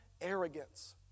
Arrogance